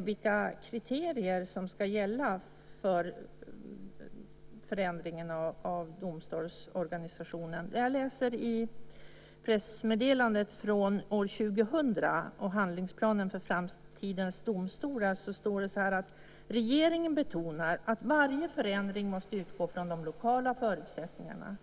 vilka kriterier som ska gälla för förändringen av domstolsorganisationen. I pressmeddelandet från år 2000 om handlingsplanen för framtidens domstolar står det: Regeringen betonar att varje förändring måste utgå från de lokala förutsättningarna.